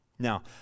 Now